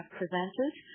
presented